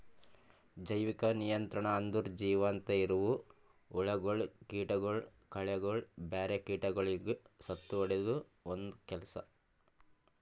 ಜೈವಿಕ ನಿಯಂತ್ರಣ ಅಂದುರ್ ಜೀವಂತ ಇರವು ಹುಳಗೊಳ್, ಕೀಟಗೊಳ್, ಕಳೆಗೊಳ್, ಬ್ಯಾರೆ ಕೀಟಗೊಳಿಗ್ ಸತ್ತುಹೊಡೆದು ಒಂದ್ ಕೆಲಸ